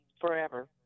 forever